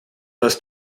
dass